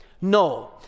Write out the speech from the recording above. No